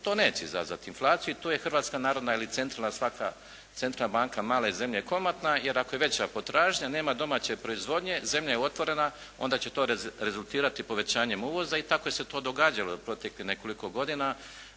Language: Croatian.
to neće izazvati inflaciju i to Hrvatska narodna ili centrala svaka, centrala banka male zemlje je komotna, jer ako je veća potražnja, nema domaće proizvodnje, zemlja je otvorena, onda će to rezultirati povećanjem uvoza i tako se to događalo proteklih nekoliko godina